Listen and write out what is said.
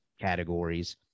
categories